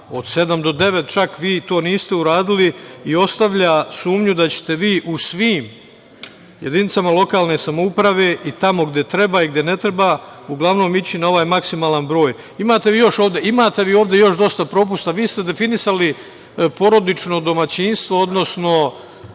sedam do devet. To vi niste uradili i ostavlja sumnju da ćete vi u svim jedinicama lokalne samouprave i tamo gde treba i gde ne treba, uglavnom ići na ovaj maksimalan broj. Imate vi ovde još dosta propusta. Vi ste definisali porodično domaćinstvo, odnosno